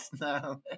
no